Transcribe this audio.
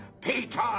Peter